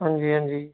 ਹਾਂਜੀ ਹਾਂਜੀ